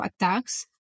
attacks